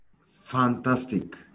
fantastic